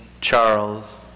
Charles